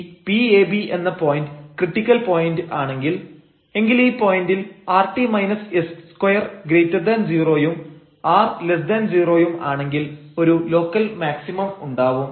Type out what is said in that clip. ഈ Pab എന്ന point critical point ആണെങ്കിൽ എങ്കിൽ ഈ പോയന്റിൽ rt s20 ഉം r0 ഉം ആണെങ്കിൽ ഒരു ലോക്കൽ മാക്സിമം ഉണ്ടാവും